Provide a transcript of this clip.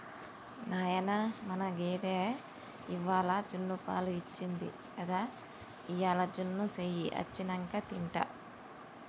నాయనా మన గేదె ఇవ్వాల జున్నుపాలు ఇచ్చింది గదా ఇయ్యాల జున్ను సెయ్యి అచ్చినంక తింటా